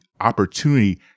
opportunity